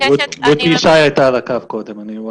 רותי ישי הייתה על הקו קודם.